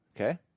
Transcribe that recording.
Okay